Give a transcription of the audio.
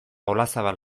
olazabal